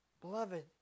Beloved